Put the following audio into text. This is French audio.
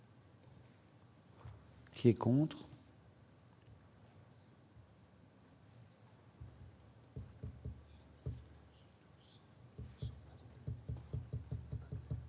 Qui est contre